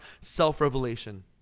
self-revelation